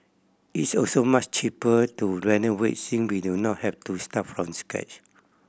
it's also much cheaper to renovate since we do not have to start from scratch